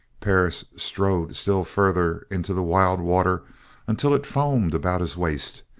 perris strode still further into the wild water until it foamed about his waist,